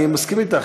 אני מסכים אתך,